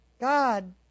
God